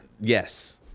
Yes